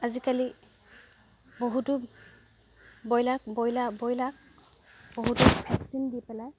আজিকালি বহুতো বইলাক ব্ৰইলাৰ বইলাক বহুতো ভেকচিন দি পেলাই